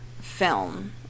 film